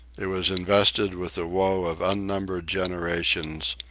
it was invested with the woe of unnumbered generations,